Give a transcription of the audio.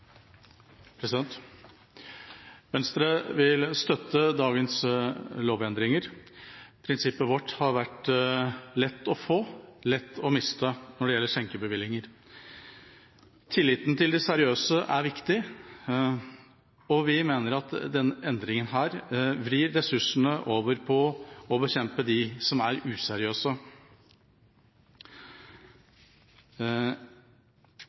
Venstre vil støtte dagens lovendringer. Prinsippet vårt har vært «lett å få, lett å miste» når det gjelder skjenkebevillinger. Tilliten til de seriøse er viktig, og vi mener at denne endringen vrir ressursene over på å bekjempe dem som er useriøse.